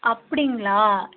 அப்படிங்களா